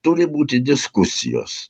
turi būti diskusijos